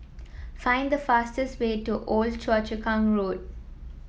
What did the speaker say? find the fastest way to Old Choa Chu Kang Road